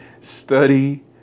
study